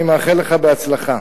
אני מאחל לך בהצלחה.